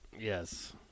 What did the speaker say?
Yes